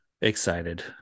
excited